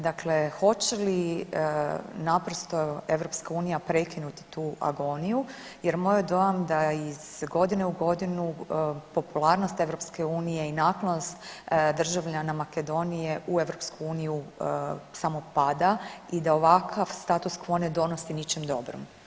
Dakle, hoće li naprosto EU prekinuti tu agoniju, jer moj je dojam da iz godine u godinu popularnost EU i naklonost državljana Makedonije u EU samo pada i da ovakav status quo ne donosi ničem dobrom.